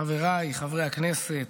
חבריי חברי הכנסת,